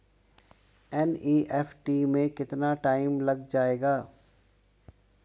NEFT में कितना time लग जाएगा?